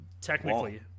technically